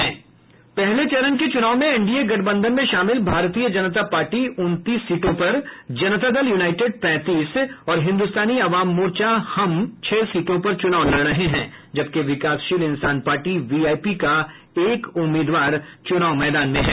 पहले चरण के चुनाव में एनडीए गठबंधन में शामिल भारतीय जनता पार्टी उनतीस सीटों पर जनता दल यूनाईटेड पैंतीस और हिन्दुस्तानी आवाम मोर्चा हम छह सीटों पर चुनाव लड़ रहे हैं जबकि विकासशील इन्सान पार्टी वीआईपी का एक उम्मीदवार मैदान में है